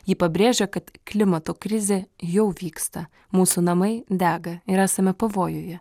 ji pabrėžia kad klimato krizė jau vyksta mūsų namai dega ir esame pavojuje